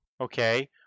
Okay